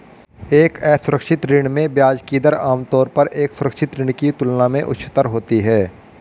एक असुरक्षित ऋण में ब्याज की दर आमतौर पर एक सुरक्षित ऋण की तुलना में उच्चतर होती है?